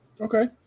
Okay